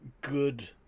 good